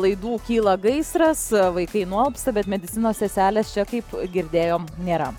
laidų kyla gaisras vaikai nualpsta bet medicinos seselės čia kaip girdėjom nėra